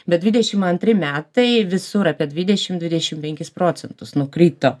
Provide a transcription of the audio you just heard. bet dvidešimt antri metai visur apie dvidešim dvidešim penkis procentus nukrito